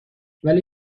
ولی